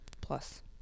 plus